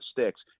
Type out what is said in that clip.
sticks